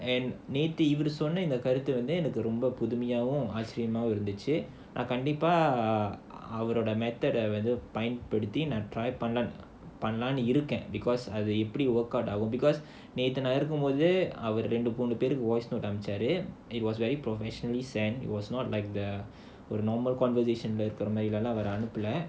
நேத்து இவரு சொன்ன இந்த கருத்து வந்து எனக்கு ரொம்ப புதுமையாவும் ஆச்சர்யமாகவும் இருந்துச்சு நான் கண்டிப்பா அவரோட:nethu ivaru sonna indha karuthu vandhu enakku romba pudhumayagavum acharyamaagavum irunthuchu naan kandippaa avaroda method a பயன்படுத்தி நான் பண்ணலாம்னு இருக்கேன்:payanpaduthi naan pannalaamnu irukkaen because அது எப்படி:adhu eppadi workout ஆகும்:aagum it was very professionally sent it was not like the the normal conversation இருக்குற மாதிரிலாம் அவரு அனுப்பல:irukkura maadhirilaam avaru anuppala